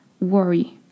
worry